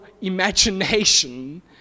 imagination